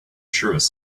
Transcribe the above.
truest